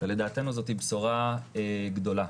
ולדעתנו זאת בשורה גדולה.